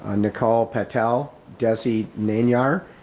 ah nicole patel, desi nayer,